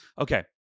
Okay